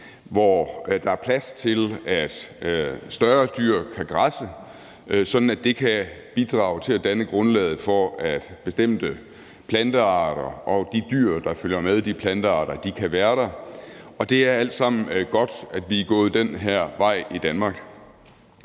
hvor der er plads til, at større dyr kan græsse, sådan at det kan bidrage til at danne grundlaget for, at bestemte plantearter og de dyr, der følger med de plantearter, kan være der. Og det er alt sammen godt – det er godt, at vi er gået den her vej i Danmark.